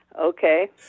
Okay